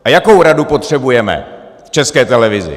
A jakou radu potřebujeme v České televizi?